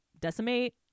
decimate